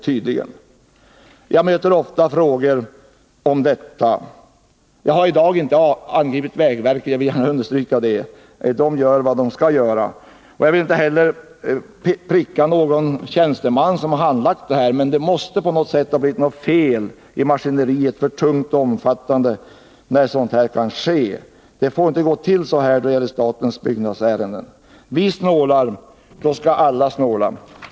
Och jag möter ofta frågor om detta. Jag har i dag inte angripit vägverket — jag vill gärna understryka det. Vägverket gör vad det skall göra. Jag vill inte heller pricka någon tjänsteman som har handlagt detta ärende. Men det måste på något sätt ha blivit fel i maskineriet — systemet är för tungrott och omfattande — när sådant här kan ske. Det får inte gå till på detta vis när det gäller statens byggnadsärenden. Vi snålar — då skall alla snåla.